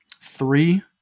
Three